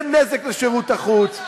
זה נזק לשירות החוץ.